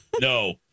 no